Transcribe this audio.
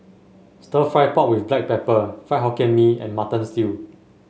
stir fry pork with Black Pepper Fried Hokkien Mee and Mutton Stew